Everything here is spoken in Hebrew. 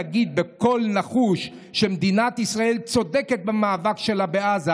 להגיד בקול נחוש שמדינת ישראל צודקת במאבק שלה בעזה,